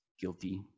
guilty